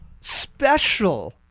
special